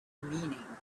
meaning